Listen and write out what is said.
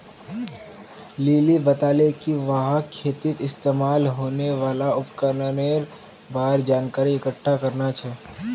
lily बताले कि वहाक खेतीत इस्तमाल होने वाल उपकरनेर बार जानकारी इकट्ठा करना छ